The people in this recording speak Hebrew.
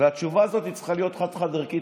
והתשובה הזאת צריכה להיות חד-חד-ערכית,